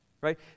right